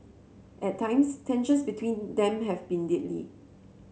at times tensions between them have been deadly